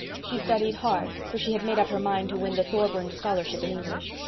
she studied hard, for she had made up her mind to win the thorburn scholarship in english.